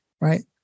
right